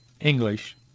English